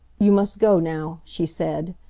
you must go now, she said.